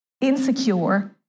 insecure